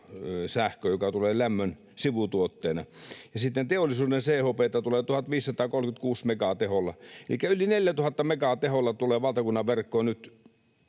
joka tulee lämmön sivutuotteena, ja sitten teollisuuden CHP:tä tulee 1 536 megan teholla, elikkä yli 4 000 megan teholla tulee valtakunnan verkkoon nyt